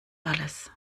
alles